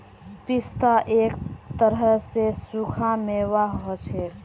पिस्ता एक तरह स सूखा मेवा हछेक